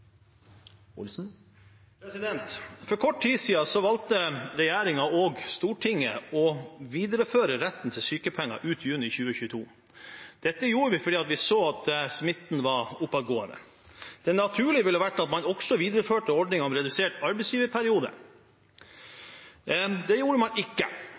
Stortinget å videreføre retten til sykepenger ut juni 2022. Dette gjorde vi fordi vi så at smitten var oppadgående. Det naturlige ville vært at man også videreførte ordningen med redusert arbeidsgiverperiode. Det gjorde man ikke.